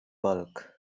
bulk